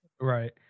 Right